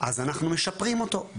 אז אנחנו משפרים אותו,